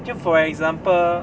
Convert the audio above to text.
就 for example